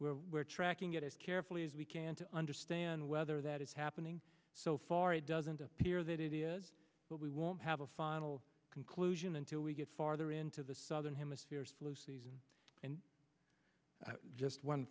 where we're tracking it as carefully as we can to understand whether that is happening so far it doesn't appear that it is but we won't have a final conclusion until we get farther into the southern hemisphere is flu season and just one